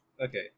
Okay